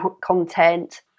content